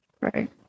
Right